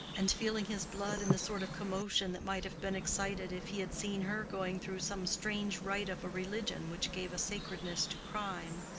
and feeling his blood in the sort of commotion that might have been excited if he had seen her going through some strange rite of a religion which gave a sacredness to crime.